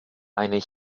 eine